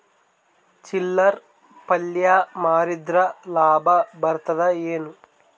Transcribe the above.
ಚಿಲ್ಲರ್ ಪಲ್ಯ ಮಾರಿದ್ರ ಲಾಭ ಬರತದ ಏನು?